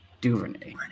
Duvernay